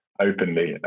openly